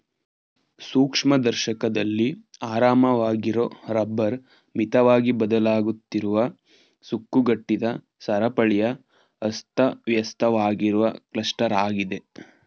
ಸೂಕ್ಷ್ಮದರ್ಶಕದಲ್ಲಿ ಆರಾಮವಾಗಿರೊ ರಬ್ಬರ್ ಮಿತವಾಗಿ ಬದಲಾಗುತ್ತಿರುವ ಸುಕ್ಕುಗಟ್ಟಿದ ಸರಪಳಿಯ ಅಸ್ತವ್ಯಸ್ತವಾಗಿರುವ ಕ್ಲಸ್ಟರಾಗಿದೆ